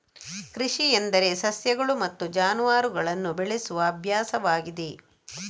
ಕೃಷಿ ಎಂದರೆ ಸಸ್ಯಗಳು ಮತ್ತು ಜಾನುವಾರುಗಳನ್ನು ಬೆಳೆಸುವ ಅಭ್ಯಾಸವಾಗಿದೆ